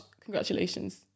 Congratulations